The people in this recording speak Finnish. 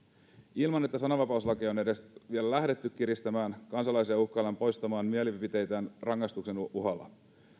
ilman että sananvapauslakia on edes vielä lähdetty kiristämään kansalaisia uhkaillaan poistamaan mielipiteitään rangaistuksen uhalla